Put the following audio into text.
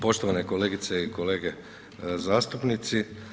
Poštovane kolegice i kolege zastupnici.